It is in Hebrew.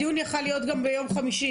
הדיון יכול היה להיות גם ביום חמישי.